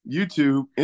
YouTube